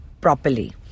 properly